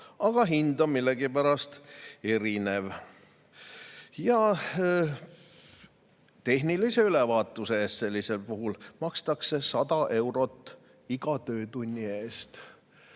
[on hind nii erinev]. Tehnilise ülevaatuse eest sellisel puhul makstakse 100 eurot iga töötunni eest.